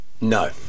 No